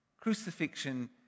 Crucifixion